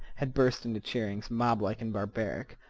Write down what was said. had burst into cheerings, moblike and barbaric,